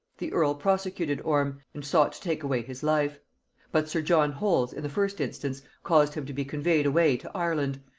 the earl prosecuted orme, and sought to take away his life but sir john holles in the first instance caused him to be conveyed away to ireland,